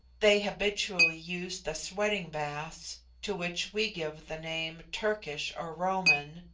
they habitually use the sweating-baths to which we give the name turkish or roman,